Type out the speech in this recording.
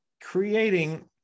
creating